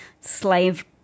slave